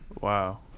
wow